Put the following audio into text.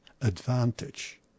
advantage